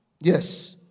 Yes